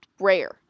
rare